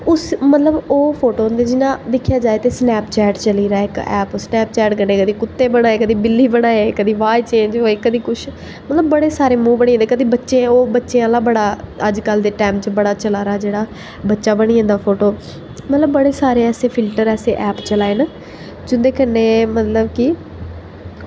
मतलब ओह् फोटो होंदे जि'यां दिक्खेआ जाए दे स्नैपचैट चली दा इक ऐप स्नैपचैट कन्नै कदें कुत्ते बना दे कदें बिल्ली बना दे बाद च चेंज होआ दे कदें कुछ मतलब बड़े सारे मुंह बनी जंदे बच्चें बच्चे आह्ला बड़ा अज्ज कल दे टैम च बड़ा चला दा जेह्ड़ा बच्चा बनी जंदा फोटो मतलब बड़े सारे ऐसे फिल्टर ऐसे ऐप चला दे न जिं'दे कन्नै मतलब कि